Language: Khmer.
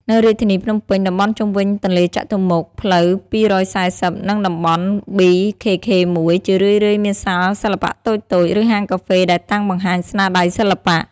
នៅរាជធានីភ្នំពេញ តំបន់ជុំវិញទន្លេចតុមុខ ផ្លូវ២៤០ និងតំបន់ ប៊ី ខេខេ១ ជារឿយៗមានសាលសិល្បៈតូចៗ ឬហាងកាហ្វេដែលតាំងបង្ហាញស្នាដៃសិល្បៈ។